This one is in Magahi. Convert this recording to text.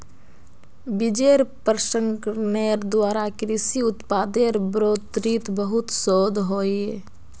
बिजेर प्रसंस्करनेर द्वारा कृषि उत्पादेर बढ़ोतरीत बहुत शोध होइए